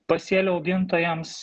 pasėlių augintojams